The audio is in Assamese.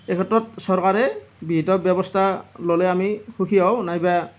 এই ক্ষেত্ৰত চৰকাৰে বিহিত ব্যৱস্থা ল'লে আমি সুখী হওঁ নাইবা